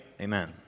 Amen